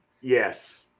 Yes